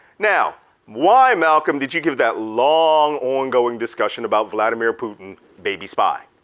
now why, malcolm, did you give that long ongoing discussion about vladimir putin, baby spy?